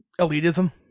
Elitism